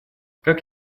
как